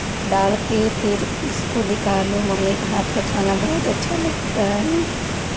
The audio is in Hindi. डाल के फिर उसको निकालो मम्मी के हाथ का खाना बहुत अच्छा लगता है